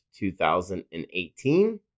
2018